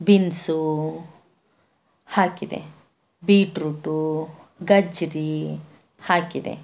beans ಹಾಕಿದೆ beetroot ಗಜ್ರಿ ಹಾಕಿದೆ